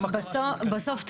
בסוף,